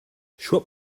schwab